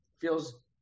feels